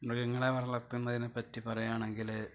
മൃഗങ്ങളെ വളര്ത്തുന്നതിനെ പറ്റി പറയുകയാണെങ്കിൽ